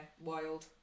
wild